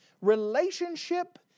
relationship